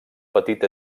petit